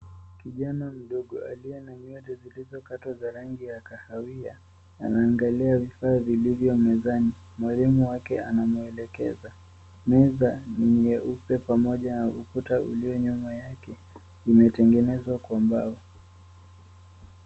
Kijana mdogo aliye na nywele zilizokatwa za rangi ya kahawia, anaangalia vifaa vilivyo mezani. Mwalimu wake anamwelekeza. Meza ni nyeupe pamoja na ukuta ulio nyuma yake, imetengenezwa kwa mbao.